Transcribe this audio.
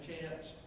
chance